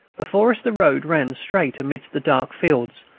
before us the road ran straight amidst the dark fields,